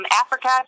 Africa